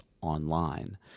online